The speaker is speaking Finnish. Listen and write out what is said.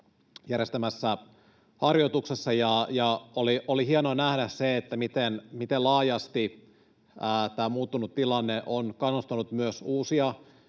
järjestämässä harjoituksessa, ja oli hienoa nähdä se, miten laajasti tämä muuttunut tilanne on kannustanut myös uusia